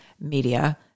Media